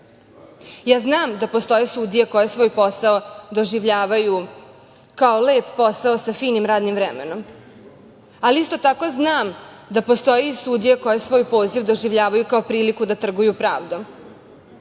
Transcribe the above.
znam da postoje sudije koje svoj posao doživljavaju kao lep posao sa finim radnim vremenom, ali isto tako znam da postoje i sudije koji svoj poziv doživljavaju kao priliku da trguju pravdom.